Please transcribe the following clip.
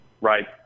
right